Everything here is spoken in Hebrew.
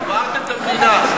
הבערתם את המדינה.